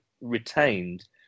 retained